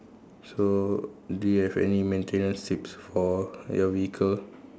so do you have any maintenance tips for your vehicle